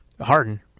Harden